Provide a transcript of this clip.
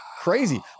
Crazy